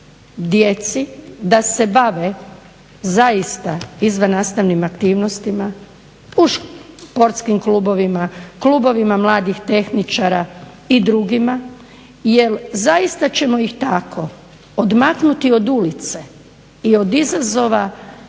da se bave zaista izvannastavnim aktivnostima, u športskim klubovima, klubovima mladih tehničara i drugima jer zaista ćemo ih tako odmaknuti od ulice i od izazova